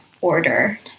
order